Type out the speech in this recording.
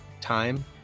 time